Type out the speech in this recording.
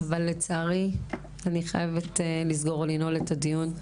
אבל לצערי אני חייבת לנעול את הדיון,